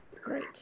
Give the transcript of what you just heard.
great